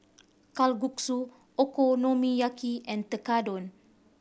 Kalguksu Okonomiyaki and Tekkadon